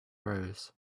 rose